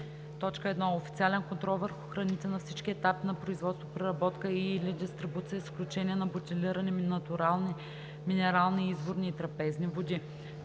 1. официален контрол върху храните на всички етапи на производство, преработка и/или дистрибуция с изключение на бутилирани натурални минерални, изворни и трапезни води;